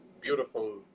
beautiful